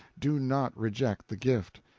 do not reject the gift.